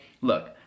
Look